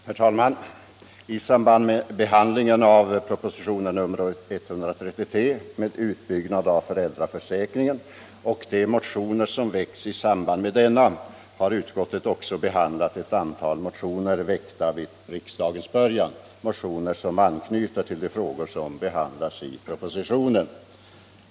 Herr talman! I samband med behandlingen av propositionen 133 om utbyggnad av föräldraförsäkringen och de motioner som väckts i anslutning till denna har utskottet också behandlat ett antal motioner som väckts i början av årets riksdag och som även de anknyter till de frågor som behandlas i propositionen.